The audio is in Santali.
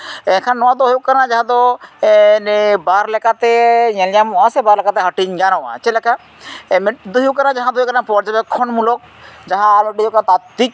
ᱮᱱᱠᱷᱟᱱ ᱱᱚᱣᱟ ᱫᱚ ᱦᱩᱭᱩᱜ ᱠᱟᱱᱟ ᱡᱟᱦᱟᱸ ᱫᱚ ᱵᱟᱨ ᱞᱮᱠᱟᱛᱮ ᱧᱮᱞ ᱧᱟᱢᱚᱜᱼᱟ ᱥᱮ ᱵᱟᱨ ᱞᱮᱠᱟᱛᱮ ᱦᱟᱹᱴᱤᱧ ᱜᱟᱱᱚᱜᱼᱟ ᱪᱮᱫᱞᱮᱠᱟ ᱢᱤᱫᱴᱮᱱ ᱫᱚ ᱦᱩᱭᱩᱜ ᱠᱟᱱᱟ ᱡᱟᱦᱟᱸ ᱫᱚ ᱦᱩᱭᱩᱜ ᱠᱟᱱᱟ ᱯᱚᱨᱡᱚᱵᱮᱠᱠᱷᱚᱱᱢᱩᱞᱚᱠ ᱡᱟᱦᱟᱸ ᱟᱨᱚ ᱦᱩᱭᱩᱜ ᱠᱟᱱᱟ ᱛᱟᱛᱛᱷᱤᱠ